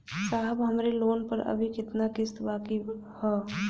साहब हमरे लोन पर अभी कितना किस्त बाकी ह?